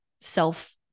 self